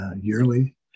yearly